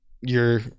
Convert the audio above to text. Your-